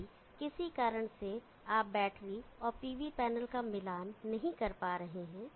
यदि किसी कारण से आप बैटरी और pv पैनल का मिलान नहीं कर पा रहे हैं